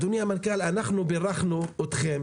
אדוני המנכ"ל, אנחנו בירכנו אתכם